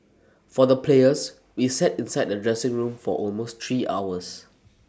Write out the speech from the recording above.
for the players we sat inside the dressing room for almost three hours